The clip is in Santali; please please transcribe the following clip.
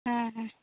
ᱦᱮᱸ ᱦᱮᱸ